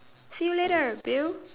see you later bill